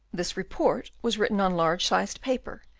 this report was written on large-sized paper,